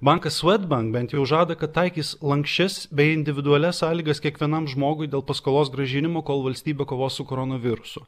bankas swedbank bent jau žada kad taikys lanksčias bei individualias sąlygas kiekvienam žmogui dėl paskolos grąžinimo kol valstybė kovos su koronavirusu